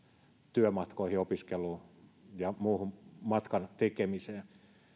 työmatkoihin opiskeluun ja muuhun matkantekemiseen